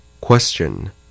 Question